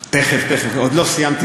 תכף, תכף, עוד לא סיימתי.